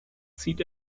zieht